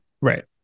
Right